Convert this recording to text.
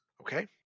Okay